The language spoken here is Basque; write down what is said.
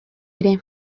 ere